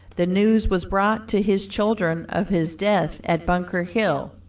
the news was brought to his children of his death at bunker hill.